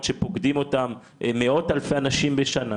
שפוקדים אותם מאות אלפי אנשים בשנה,